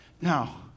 Now